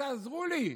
תעזרו לי?